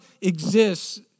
exists